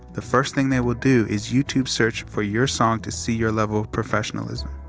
the first thing they will do is youtube search for your song to see your level of professionalism.